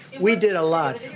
we did a lot.